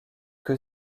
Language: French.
que